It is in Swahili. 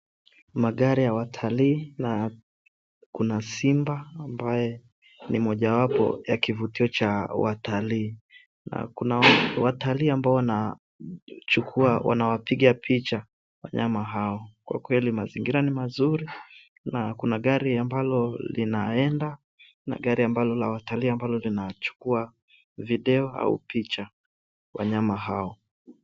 Magari ya watalii na kuna simba ambaye ni majowapo ya kivutio cha watalii na kuna watalii ambao wanawapiga picha wanyama hao. Kwa kweli mazingira ni mazuri na gari ambalo linaenda na gari ambalo ni la watalii ambalo linachukua video au picha wanyama hao.